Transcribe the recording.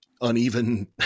uneven